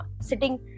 sitting